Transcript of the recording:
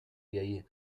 jej